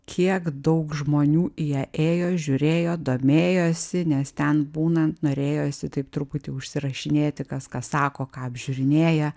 kiek daug žmonių į ją ėjo žiūrėjo domėjosi nes ten būnant norėjosi taip truputį užsirašinėti kas ką sako ką apžiūrinėja